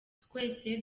twese